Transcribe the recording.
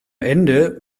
ende